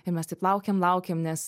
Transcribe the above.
ir mes taip laukėm laukėm nes